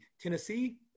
Tennessee